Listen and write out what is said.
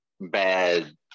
bad